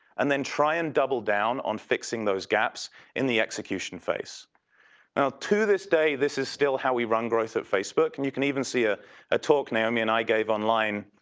and then try and double down on fixing those gaps in the execution phase. now to this day, this is still how we run growth at facebook and you can even see a a talk naomi and i gave online